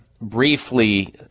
briefly